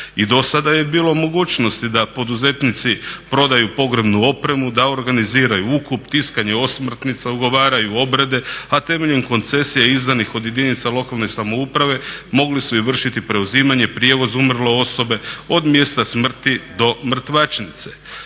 I dosada je bilo u mogućnosti da poduzetnici prodaju pogrebnu opremu, da organiziraju ukop, tiskanje osmrtnica, ugovaraju obrede, a temeljem koncesija izdanih od jedinica lokalne samouprave mogli su i vršiti preuzimanje, prijevoz umrle osobe od mjesta smrti do mrtvačnice.